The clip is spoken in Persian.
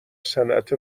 صنعت